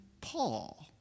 Paul